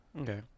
Okay